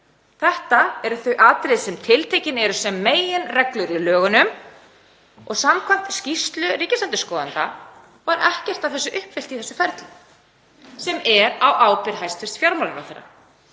Þetta eru þau atriði sem tiltekin eru sem meginreglur í lögunum og samkvæmt skýrslu ríkisendurskoðanda var ekkert af þessu uppfyllt í ferlinu. Það er á ábyrgð hæstv. fjármálaráðherra.